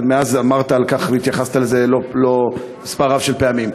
ומאז דיברת על כך והתייחסת לזה מספר רב של פעמים.